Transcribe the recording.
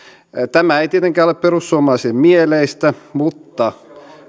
tämä ei tietenkään ole perussuomalaisille mieleistä mutta